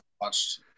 watched